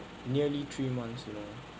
nearly three months you know